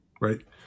right